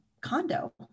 condo